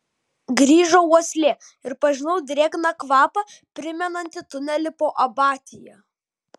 grįžo uoslė ir pažinau drėgną kvapą primenantį tunelį po abatija